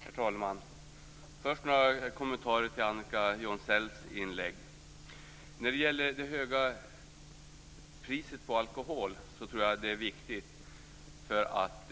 Herr talman! Först har jag några kommentarer till Annika Jonsells inlägg. Det höga priset på alkohol tror jag är viktigt för att